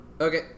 Okay